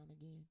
again